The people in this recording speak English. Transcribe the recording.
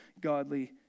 godly